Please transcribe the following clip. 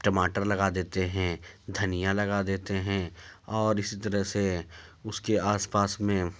ٹماٹر لگا دیتے ہیں دھنیا لگا دیتے ہیں اور اسی طرح سے اس کے آس پاس میں